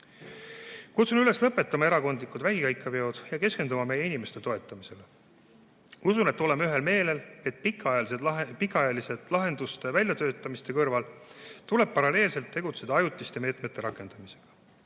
mures. Kutsun üles lõpetama erakondlikud vägikaikaveod ja keskenduma meie inimeste toetamisele. Usun, et oleme ühel meelel: pikaajaliste lahenduste väljatöötamise kõrval tuleb paralleelselt tegutseda ajutiste meetmete rakendamisega.